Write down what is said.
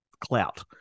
clout